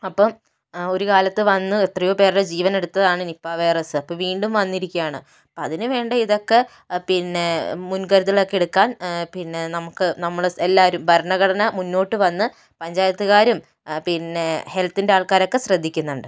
അപ്പം ഒരു കാലത്ത് വന്ന് എത്രയോ പേരുടെ ജീവനെടുത്തതാണ് നിപ്പ വൈറസ് ഇപ്പോൾ വീണ്ടും വന്നിരിക്കുകയാണ് അപ്പോൾ അതിന് വേണ്ട ഇതൊക്കെ പിന്നെ മുൻകരുതൽ ഒക്കെ എടുക്കാൻ പിന്നെ നമുക്ക് നമ്മുടെ എല്ലാവരും ഭരണഘടന മുന്നോട്ട് വന്ന് പഞ്ചായത്തുകാരും പിന്നെ ഹെൽത്തിൻ്റെ ആൾക്കാരൊക്കെ ശ്രദ്ധിക്കുന്നുണ്ട്